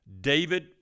David